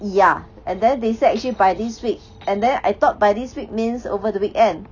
ya and then they said actually by this week and then I thought by this week means over the weekend